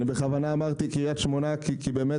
אני בכוונה אמרתי קריית שמונה כי באמת